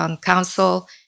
Council